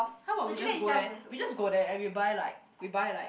how about we just go there we just go there and we buy like we buy like